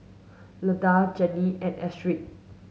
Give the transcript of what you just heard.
Lindell Jeanie and Astrid